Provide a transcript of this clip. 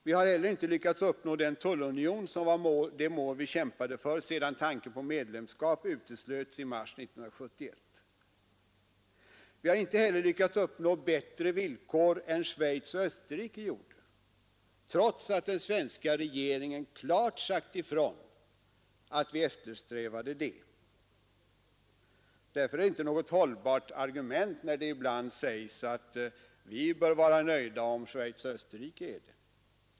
Vi har heller inte lyckats uppnå den tullunion som var det mål vi kämpade för, sedan tanken på medlemskap uteslöts i mars 1971. Vi har inte heller lyckats uppnå bättre villkor än vad Schweiz och Österrike gjorde, trots att den svenska regeringen klart sagt ifrån att vi eftersträvade det. Därför är det inte något hållbart argument när man ibland säger att vi bör vara nöjda om Schweiz och Österrike är det.